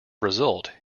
result